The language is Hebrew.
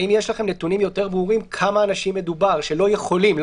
האם יש לכם נתונים יותר ברורים על כמה אנשים מדובר שלא יכולים?